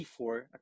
c4